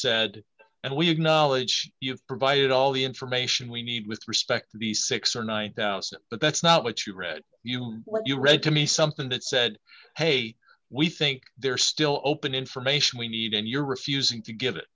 said and we acknowledge you have provided all the information we need with respect to the six or nine thousand but that's not what you read you what you read to me something that said hey we think there are still open information we need and you're refusing to get it